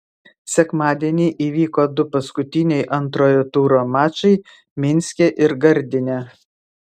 sekmadienį įvyko du paskutiniai antrojo turo mačai minske ir gardine